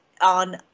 on